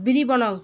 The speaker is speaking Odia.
ବିରି ବନାଓ